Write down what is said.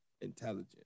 intelligent